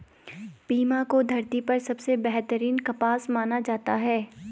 Pima को धरती पर सबसे बेहतरीन कपास माना जाता है